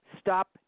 Stop